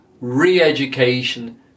re-education